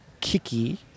Kiki